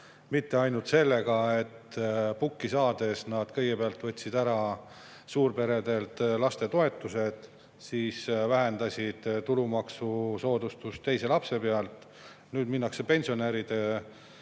mitte nii, nagu oli, et pukki saades nad kõigepealt võtsid ära suurperedelt lastetoetused, siis vähendasid tulumaksusoodustust teise lapse pealt, nüüd minnakse pensionäride